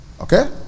Okay